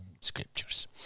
Scriptures